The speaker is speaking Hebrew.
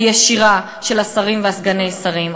הישירה, של השרים וסגני השרים.